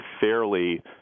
fairly